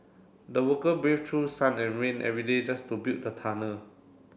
the worker braved through sun and rain every day just to build the tunnel